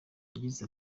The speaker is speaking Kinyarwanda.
yagize